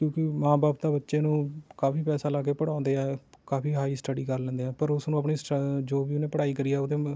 ਕਿਉਂਕਿ ਮਾਂ ਬਾਪ ਤਾਂ ਬੱਚੇ ਨੂੰ ਕਾਫ਼ੀ ਪੈਸਾ ਲਾ ਕੇ ਪੜ੍ਹਾਉਂਦੇ ਹੈ ਕਾਫ਼ੀ ਹਾਈ ਸਟੱਡੀ ਕਰ ਲੈਂਦੇ ਹੈ ਪਰ ਉਸਨੂੰ ਆਪਣੀ ਸਟਅ ਜੋ ਵੀ ਉਹਨੇ ਪੜ੍ਹਾਈ ਕਰੀ ਆ ਉਹਦੇ ਮ